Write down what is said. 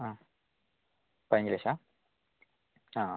ആ പതിനഞ്ച് ലക്ഷമാണോ ആ